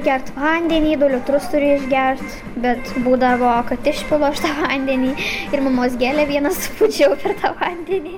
gert vandenį du litrus turi išgert bet būdavo kad išpilu aš tą vandenį ir mamos gėlę vieną supūdžiau per tą vandenį